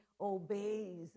obeys